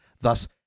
thus